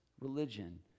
religion